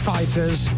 Fighters